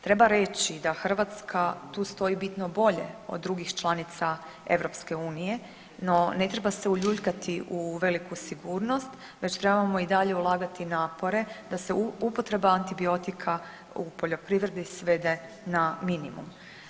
Treba reći da Hrvatska tu stoji bitno bolje od drugih članica EU, no ne treba se uljuljkati u veliku sigurnost već trebamo i dalje ulagati napore da se upotreba antibiotika u poljoprivredi svede na minimum.